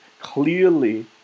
clearly